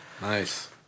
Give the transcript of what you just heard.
Nice